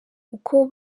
uko